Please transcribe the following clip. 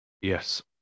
Yes